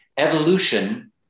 Evolution